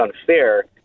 unfair